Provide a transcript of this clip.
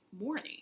morning